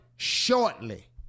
Shortly